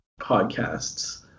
podcasts